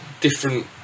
different